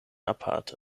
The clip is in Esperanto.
aparte